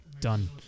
done